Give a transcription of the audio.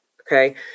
Okay